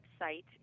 website